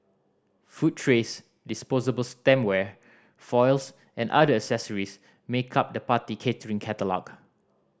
food trays disposable stemware foils and other accessories make up the party catering catalogue